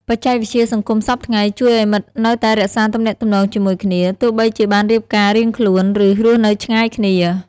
បច្ចេកវិទ្យាសង្គមសព្វថ្ងៃជួយឲ្យមិត្តនៅតែរក្សាទំនាក់ទំនងជាមួយគ្នា ទោះបីជាបានរៀបការរៀងខ្លួន ឬ រស់នៅឆ្ងាយគ្នា។